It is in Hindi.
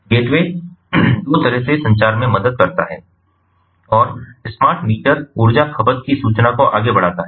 गेटवे 2 तरह से संचार में मदद करता है और स्मार्ट मीटर ऊर्जा खपत की सूचना को आगे बढ़ाता है